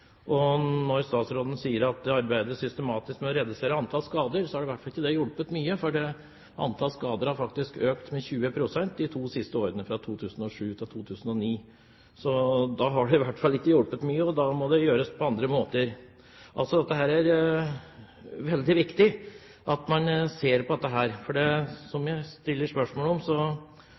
Og når statsråden sier at det arbeides systematisk med å redusere antall skader, har i hvert fall ikke det hjulpet mye, for antall skader har faktisk økt med 20 pst. de to siste årene, fra 2007 til 2009. Så det har ikke hjulpet mye, og da må det gjøres på andre måter. Det er veldig viktig at man ser på dette, for dette har store følger. Det er mange, mange ulykker – personulykker, materielle skader og, ikke minst, dyrs lidelser. Så